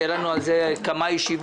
היו לנו על זה כמה ישיבות.